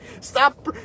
stop